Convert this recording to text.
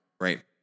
Right